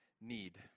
need